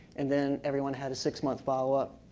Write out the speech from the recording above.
and then everyone had a six month follow up.